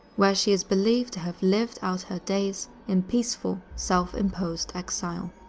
where she is believed to have lived out her days in peaceful, self-imposed exile.